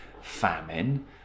famine